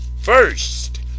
first